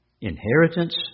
inheritance